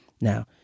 Now